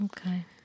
Okay